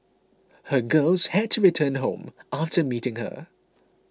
her girls had to return home after meeting her